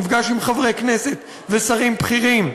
נפגש עם חברי כנסת ושרים בכירים,